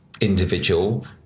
individual